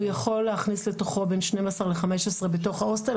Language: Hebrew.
הוא יכול להכניס לתוכו בין שנים עשר לחמישה עשר בתוך ההוסטל,